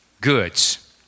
goods